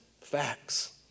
facts